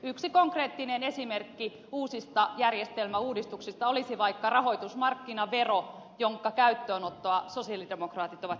yksi konkreettinen esimerkki uusista järjestelmäuudistuksista olisi vaikka rahoitusmarkkinavero jonka käyttöönottoa sosialidemokraatit ovat esittäneet